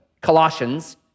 Colossians